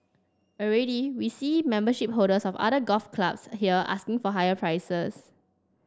already we see membership holders of other golf clubs here asking for higher prices